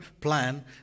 plan